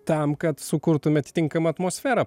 tam kad sukurtumėt tinkamą atmosferą